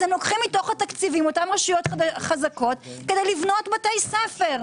אז הם לוקחים מתוך התקציבים אותן רשויות חזקות כדי לבנות בתי ספר.